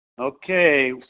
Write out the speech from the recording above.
Okay